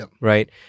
right